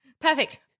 perfect